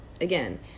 again